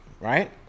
right